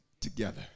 together